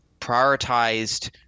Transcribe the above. prioritized